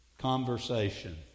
conversation